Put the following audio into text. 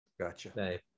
Gotcha